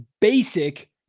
basic